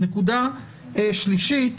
נקודה שלישית,